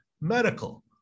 medical